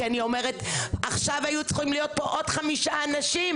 כי אני אומרת עכשיו היו צריכים להיות פה עוד חמישה אנשים.